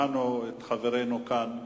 חברינו כאן,